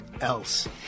else